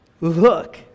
Look